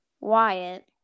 Wyatt